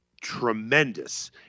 Tremendous